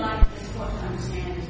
like that